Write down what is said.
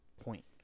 point